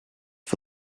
for